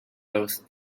those